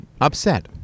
upset